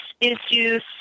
issues